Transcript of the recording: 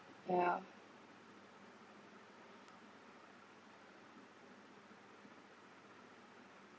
yeah